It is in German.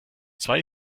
zwei